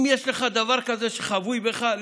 אם יש לך דבר כזה שחבוי בך,